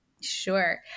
sure